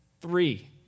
Three